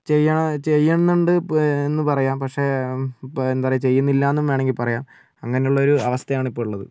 ചെയ്യുക ചെയ്യുന്നുണ്ട് എന്ന് പറയാം പക്ഷേ ഇപ്പം എന്താണ് പറയുക ചെയ്യുന്നില്ല എന്നും വേണമെങ്കിൽ പറയാം അങ്ങനെയുള്ള ഒരു അവസ്ഥയാണ് ഇപ്പോൾ ഉള്ളത്